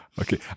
Okay